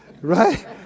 right